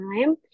time